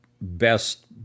best